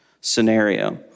scenario